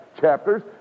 chapters